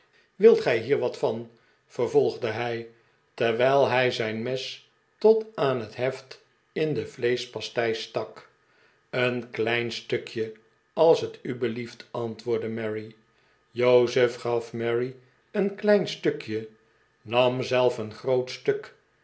wilt gij bier wat van vervolgde hij terwijl hij zijn mes tot aan het heft in de vleesehpastei stak een klein stukje als t u belieft antwoordde mary jozef gaf mary een klein stukje nam zelf een groot stuk